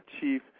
chief